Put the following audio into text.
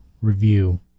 review